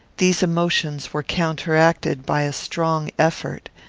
these emotions were counteracted by a strong effort.